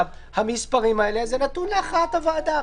המספרים האלה זה נתון להכרעת הוועדה.